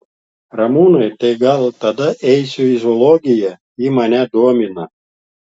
ramūnai tai gal tada eisiu į zoologiją ji mane domina